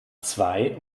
zwei